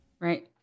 Right